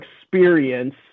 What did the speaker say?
experience